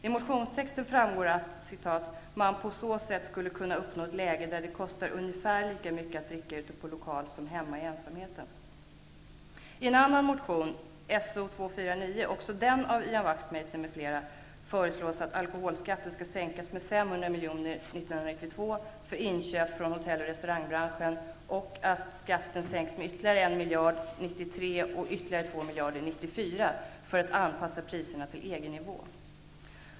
Av motionstexten framgår att ''man på så sätt skulle kunna uppnå ett läge där det kostar ungefär lika mycket att dricka ute på lokal som hemma i ensamheten.''